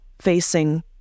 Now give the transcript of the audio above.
facing